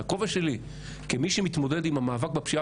מהכובע שלי כמי שמתמודד עם המאבק בפשיעה